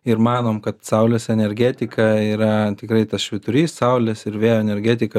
ir manom kad saulės energetika yra tikrai tas švyturys saulės ir vėjo energetika